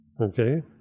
Okay